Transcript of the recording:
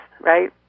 right